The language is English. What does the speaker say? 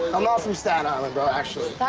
i'm not from staten island bro, actually.